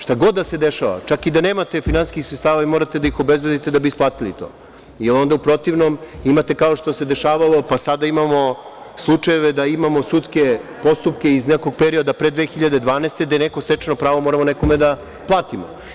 Šta god da se dešava, čak i da nemate finansijskih sredstava, vi morate da ih obezbedite da bi isplatili to, jer onda u protivnom imate, kao što se dešavalo, pa sada imamo slučajeve da imamo sudske postupke iz nekog perioda pre 2012. godine, gde neko stečeno pravo moramo nekome da platimo.